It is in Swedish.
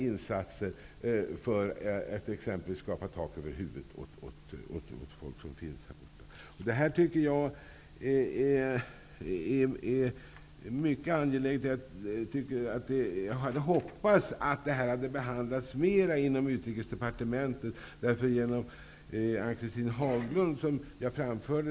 I stället föregriper brobolaget den demokratiska prövningen och spikar ett datum för invigningen. Detta är inte information utan propaganda med statliga pengar. Att den därtill är riktad till minderåriga gör att den står på gränsen för vad som är rimligt.